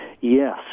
Yes